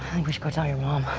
i think we should go tell your mom.